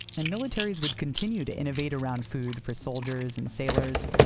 and militaries would continue to innovate around food for soldiers and sailors.